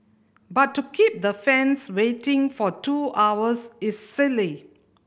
but to keep the fans waiting for two hours is silly